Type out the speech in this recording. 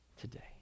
today